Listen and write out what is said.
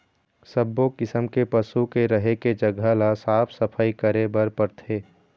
सब्बो किसम के पशु के रहें के जघा ल साफ सफई करे बर परथे